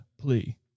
plea